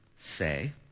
say